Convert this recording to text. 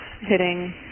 hitting